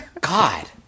God